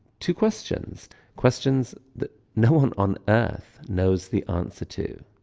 two questions questions that no one on earth knows the answer to.